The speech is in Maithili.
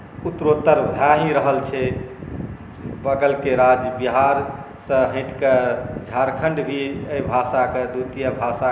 उत्तरोतर भए ही रहल छै बगलके राज्य बिहारसँ हटिके झारखण्ड भी एहि भाषाकेँ द्वितीय भाषाके रूपमे लए लेलकै हेँ